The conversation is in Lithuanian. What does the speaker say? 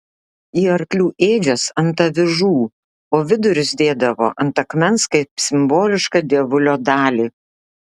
į arklių ėdžias ant avižų o vidurius dėdavo ant akmens kaip simbolišką dievulio dalį